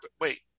Wait